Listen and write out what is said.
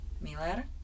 Miller